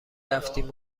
رفتیم